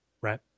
right